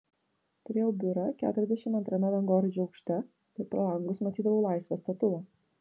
turėjau biurą keturiasdešimt antrame dangoraižio aukšte ir pro langus matydavau laisvės statulą